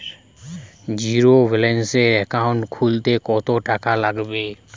জিরোব্যেলেন্সের একাউন্ট খুলতে কত টাকা লাগবে?